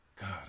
God